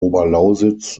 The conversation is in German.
oberlausitz